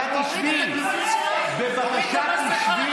שבי, בבקשה.